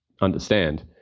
understand